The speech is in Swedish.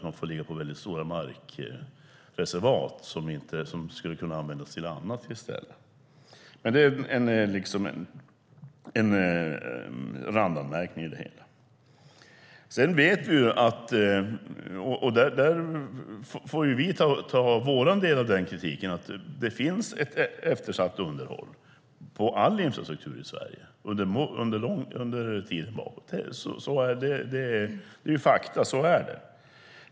Man får lägga på väldigt stora markreservat som skulle kunna användas till annat i stället. Men det är en randanmärkning i det hela. Vi vet att det finns ett eftersatt underhåll på all infrastruktur i Sverige sedan lång tid tillbaka, och vi får ta vår del av den kritiken. Detta är fakta.